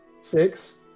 Six